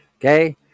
Okay